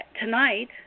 tonight